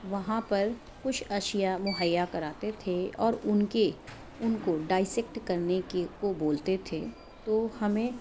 وہاں پر کچھ اشیا مہیا کراتے تھے اور ان کے ان کو ڈائسیکٹ کرنے کے کو بولتے تھے تو ہمیں